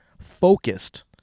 focused